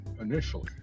initially